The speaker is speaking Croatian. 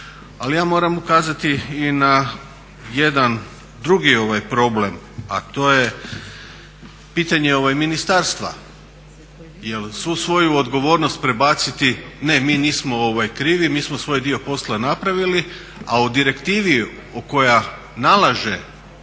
Ali ja moram ukazati i na jedan drugi problem, a to je pitanje ministarstva. Jer svu svoju odgovornost prebaciti, ne mi nismo krivi, mi smo svoj dio posla napravili, a o direktivi koja nalaže